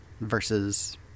versus